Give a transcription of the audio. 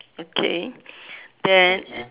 okay then